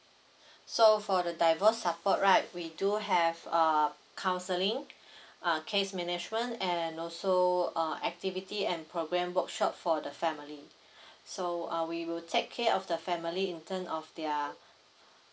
so for the divorce support right we do have err counselling uh case management and also uh activity and program workshop for the family so uh we will take care of the family in term of their